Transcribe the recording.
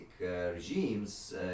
regimes